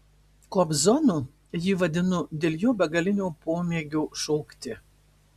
kobzonu jį vadinu dėl jo begalinio pomėgio šokti